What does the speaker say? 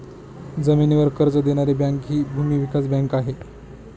जमिनीवर कर्ज देणारी बँक हि भूमी विकास बँक आहे